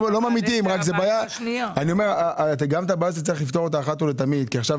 גם את הבעיה הזו יש לפתור אחת ולתמיד כי עכשיו